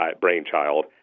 brainchild